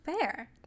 fair